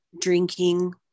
drinking